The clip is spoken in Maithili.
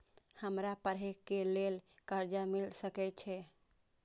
हमरा पढ़े के लेल कर्जा मिल सके छे?